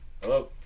Hello